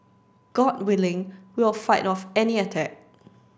god willing we'll fight off any attack